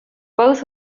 both